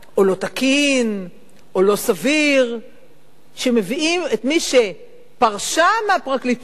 תקין או לא סביר שמביאים את מי שפרשה מהפרקליטות,